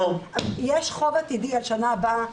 יש חוב עתידי על השנה הבאה,